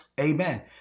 amen